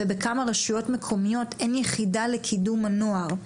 ובכמה רשויות מקומיות אין יחידה לקידום הנוער.